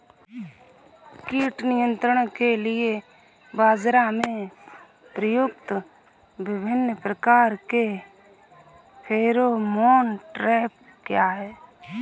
कीट नियंत्रण के लिए बाजरा में प्रयुक्त विभिन्न प्रकार के फेरोमोन ट्रैप क्या है?